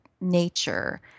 nature